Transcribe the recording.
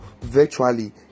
virtually